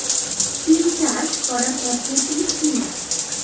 সিম চাষ করার পদ্ধতি কী?